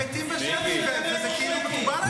הם מתים בשבי, וזה כאילו מקובל עליכם.